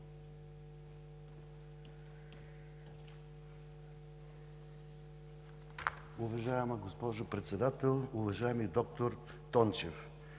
Уважаема госпожо Председател, уважаеми доктор Тончев!